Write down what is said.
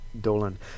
Dolan